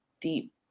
deep